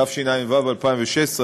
תשע"ו 2016,